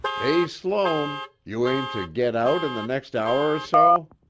hey, sloan. you aim to get out in the next hour or so?